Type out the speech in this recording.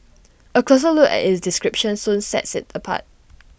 A closer look at its description soon sets IT apart